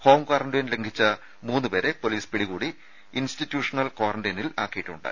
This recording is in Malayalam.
ഹോം ക്വാറന്റൈൻ ലംഘിച്ച മൂന്നു പേരെ പൊലീസ് പിടികൂടി ഇൻസ്റ്റിറ്റ്യൂഷണൽ ക്വാറന്റൈനിലാക്കിയിട്ടുണ്ട്